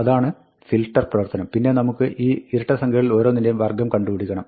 അതാണ് ഒരു ഫിൽട്ടർ പ്രവർത്തനം പിന്നെ നമുക്ക് ഈ ഇരട്ടസംഖ്യകളിൽ ഓരോന്നിൻറെയും വർഗ്ഗം കണ്ടുപിടിക്കണം